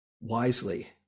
wisely